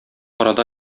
арада